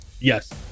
Yes